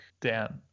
Dan